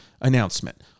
announcement